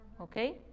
Okay